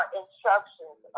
instructions